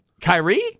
Kyrie